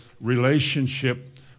relationship